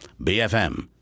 BFM